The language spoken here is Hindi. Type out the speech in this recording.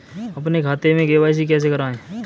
अपने खाते में के.वाई.सी कैसे कराएँ?